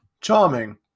Charming